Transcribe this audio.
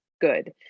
good